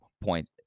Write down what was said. point